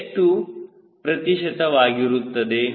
ಎಷ್ಟು ಪ್ರತಿಶತವಾಗಿರುತ್ತದೆ